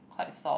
quite soft